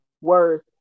worth